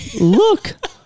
Look